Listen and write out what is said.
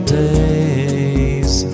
days